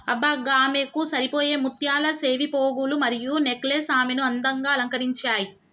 అబ్బ గామెకు సరిపోయే ముత్యాల సెవిపోగులు మరియు నెక్లెస్ ఆమెను అందంగా అలంకరించాయి